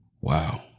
Wow